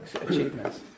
achievements